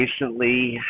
recently